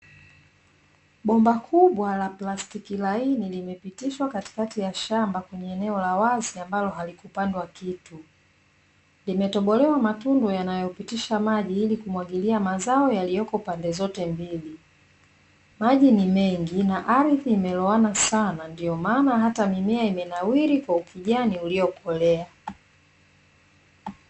Bomba kubwa la plastiki laini limepitishwa katikati ya shamba kwenye eneo la wazi ambalo halikupandwa kitu, limetobolewa matundu yanayopitisha maji ili kumwagilia mazao yaliyoko pande zote mbili maji ni mengi na ardhi imeloana sana ndio maana hata mimea imenawiri kwa kijani uliokolea.